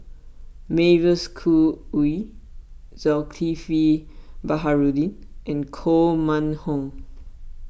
Mavis Khoo Oei Zulkifli Baharudin and Koh Mun Hong